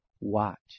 Watch